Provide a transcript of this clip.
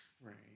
Right